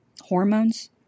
hormones